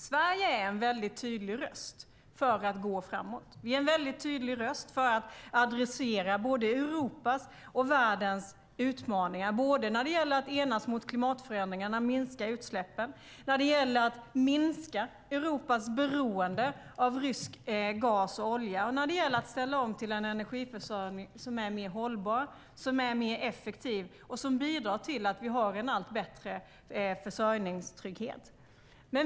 Sverige är en väldigt tydlig röst för att gå framåt och också för att adressera både Europas och världens utmaningar när det gäller att enas om klimatförändringarna, minska utsläppen och minska Europas beroende av rysk gas och olja och ställa om till en energiförsörjning som är mer hållbar och mer effektiv och som bidrar till att vi får en allt bättre försörjningstrygghet.